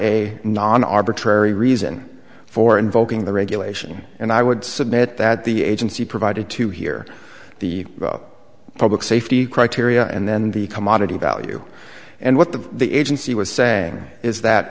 a non arbitrary reason for invoking the regulation and i would submit that the agency provided to here the public safety criteria and then the commodity value and what that the agency would say is that